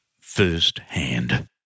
firsthand